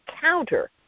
counter